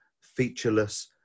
featureless